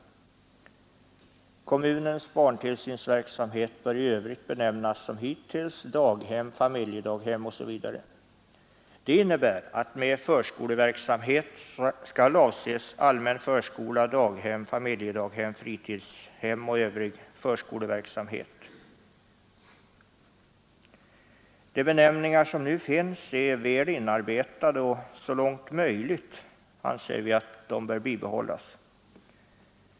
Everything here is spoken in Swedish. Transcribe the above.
Kommunens barntillsynsverksamhet bör i övrigt benämnas som hittills daghem, familjedaghem osv. Det innebär att med förskoleverksamhet skall avses allmän förskola, daghem, familjedaghem, fritidshem och övrig förskoleverksamhet. De benämningar som nu finns är väl inarbetade, och så långt möjligt anser vi att de bör bibehållas.